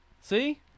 See